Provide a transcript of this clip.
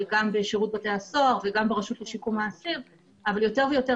גם בשירות בתי הסוהר וגם ברשות לשיקום האסיר אבל יותר ויותר